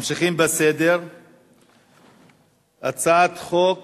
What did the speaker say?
ממשיכים בסדר-היום: הצעת חוק